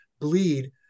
bleed